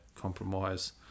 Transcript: compromise